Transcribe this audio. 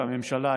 הממשלה,